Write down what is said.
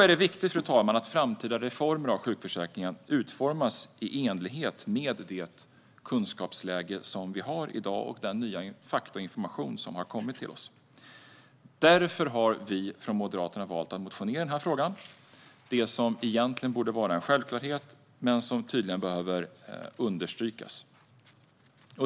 Det är viktigt att framtida reformer av sjukförsäkringen utformas i enlighet med det kunskapsläge vi har och den nya information vi har fått. Därför har Moderaterna valt att motionera om något som borde vara en självklarhet men som tydligen behöver understrykas.